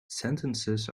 sentences